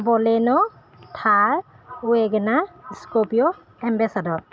Baleno Thar Wagon R scorpio ambassador